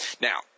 Now